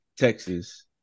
Texas